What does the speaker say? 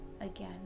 again